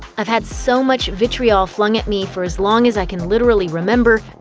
i've had so much vitriol flung at me for as long as i can literally remember,